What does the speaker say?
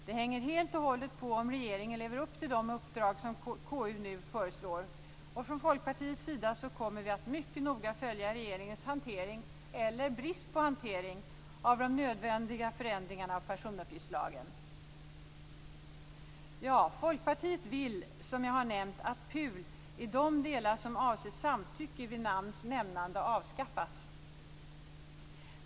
Det hänger helt och hållet på om regeringen lever upp till de uppdrag som KU nu föreslår. Från Folkpartiets sida kommer vi att mycket noga följa regeringens hantering eller brist på hantering av de nödvändiga förändringarna av personuppgiftslagen. Folkpartiet vill, som jag har nämnt, att PUL i de delar som avser samtycke vid namns nämnande avskaffas.